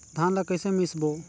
धान ला कइसे मिसबो?